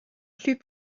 plus